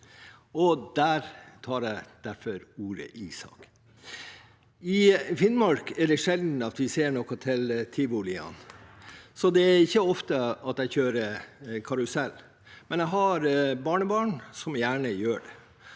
Derfor tar jeg ordet i saken. I Finnmark er det sjelden vi ser noe til tivoliene, så det er ikke ofte jeg kjører karusell, men jeg har barnebarn som gjerne gjør det.